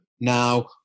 Now